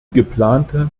geplante